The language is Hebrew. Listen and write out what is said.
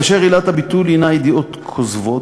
כאשר עילת הביטול הִנה ידיעות כוזבות